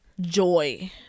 joy